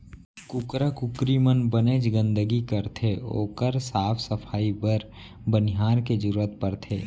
कुकरा कुकरी मन बनेच गंदगी करथे ओकर साफ सफई बर बनिहार के जरूरत परथे